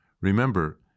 Remember